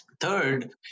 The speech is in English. Third